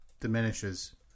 diminishes